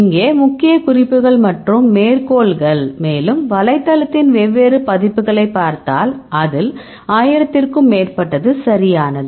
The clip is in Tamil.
இங்கே முக்கிய குறிப்புகள் மற்றும் மேற்கோள்கள் மேலும் வலைத்தளத்தின் வெவ்வேறு பதிப்புகளைப் பார்த்தால் அதில் 1000 க்கும் மேற்பட்டது சரியானது